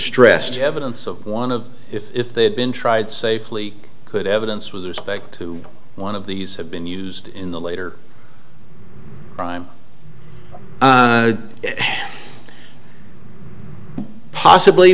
stressed evidence of one of if they had been tried safely could evidence with respect to one of these had been used in the later prime possibly